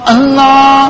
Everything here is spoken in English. Allah